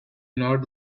not